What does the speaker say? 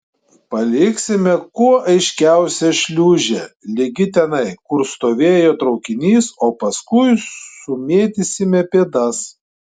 paliksime kuo aiškiausią šliūžę ligi tenai kur stovėjo traukinys o paskui sumėtysime pėdas